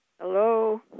Hello